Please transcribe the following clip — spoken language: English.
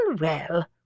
well